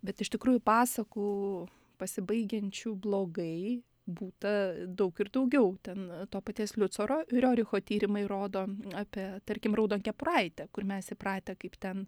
bet iš tikrųjų pasakų pasibaigiančių blogai būta daug ir daugiau ten to paties liucoro rioricho tyrimai rodo apie tarkim raudonkepuraitę kur mes įpratę kaip ten